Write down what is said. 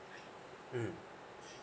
mm